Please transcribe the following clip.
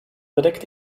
bedeckt